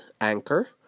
Anchor